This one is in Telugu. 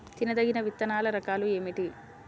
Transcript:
తినదగిన విత్తనాల రకాలు ఏమిటి?